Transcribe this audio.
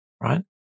right